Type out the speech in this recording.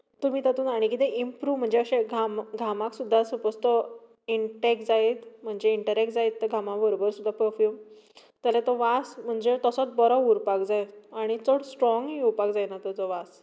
तुमी तातूंत आनी कितें इम्प्रूव म्हणजे अशें घामाक सुद्दा सपोझ तो इन्टेक्ट जायत म्हणजे इन्टरॅक्ट जायत तो घामा बरोबर सुद्दा पर्फ्यूम तेन्ना तो वास म्हणजे तसोच बरो उरपाक जाय आनी चड स्ट्रोंग येवपाक जायना ताचो वास